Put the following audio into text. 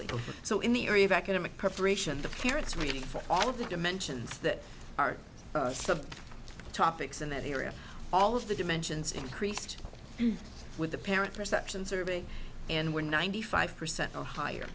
ok so in the area of academic preparation the parents waiting for all of the dimensions that are the topics in that area all of the dimensions increased with the parent reception survey and we're ninety five percent or higher